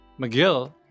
mcgill